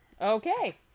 Okay